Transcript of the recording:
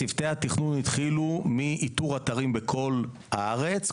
צוותי התכנון התחילו באיתור אתרים בכל הארץ,